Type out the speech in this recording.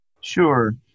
Sure